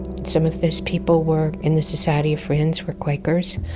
some of those people were in the society of friends, were quakers,